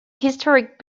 historic